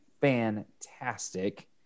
fantastic